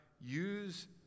use